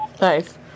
nice